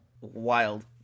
Wild